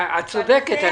צודקת.